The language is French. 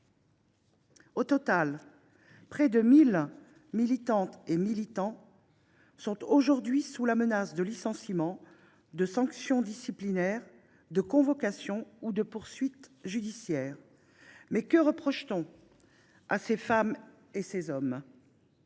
Au total, près de mille militantes et militants sont aujourd’hui sous la menace de licenciements, de sanctions disciplinaires, de convocations ou de poursuites judiciaires. Toutefois, que reproche t on à ces femmes et à ces hommes ?